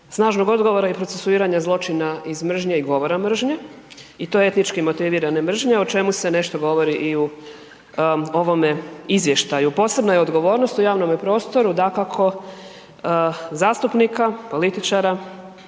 snažnog odgovora i procesuiranja zločina iz mržnje i govora mržnje i to etnički motivirane mržnje, o čemu se nešto govori i u ovome izvještaju. Posebno je odgovornost u javnome prostoru dakako zastupnika, političara,